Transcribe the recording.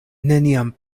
neniam